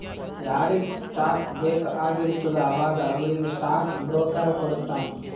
ಯಾರಿಗ್ ಸ್ಟಾಕ್ಸ್ ಬೇಕ್ ಆಗಿರ್ತುದ ಅವಾಗ ಅವ್ರಿಗ್ ಸ್ಟಾಕ್ ಬ್ರೋಕರ್ ಕೊಡುಸ್ತಾನ್